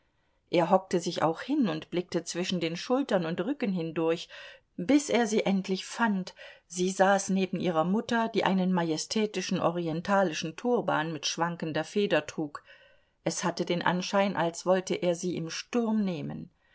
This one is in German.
er hockte sich auch hin und blickte zwischen den schultern und rücken hindurch bis er sie endlich fand sie saß neben ihrer mutter die einen majestätischen orientalischen turban mit schwankender feder trug es hatte den anschein als wollte er sie im sturm nehmen